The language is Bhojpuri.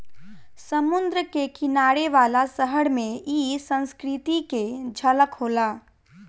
समुंद्र के किनारे वाला शहर में इ संस्कृति के झलक होला